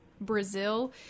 Brazil